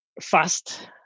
fast